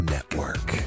Network